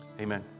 Amen